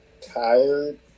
tired